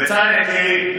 בצלאל יקירי,